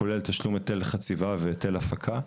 כולל תשלום היטל חציבה והיטל הפקה,